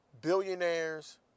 billionaires